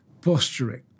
posturing